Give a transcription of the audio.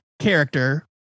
character